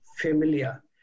familiar